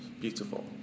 Beautiful